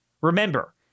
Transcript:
Remember